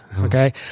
okay